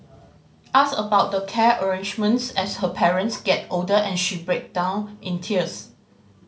ask about the care arrangements as her parents get older and she break down in tears